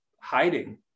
hiding